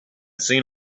seen